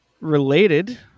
Related